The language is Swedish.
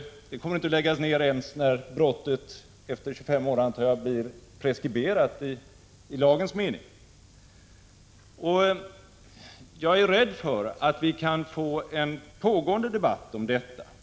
Det kommer inte att läggas ned ens när brottet — efter 25 år, antar jag — blir preskriberat i lagens mening. Jag är rädd för att vi kan få en pågående debatt om detta.